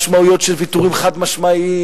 משמעויות של ויתורים חד-משמעיים,